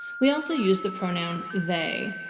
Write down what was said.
we also use the pronoun they,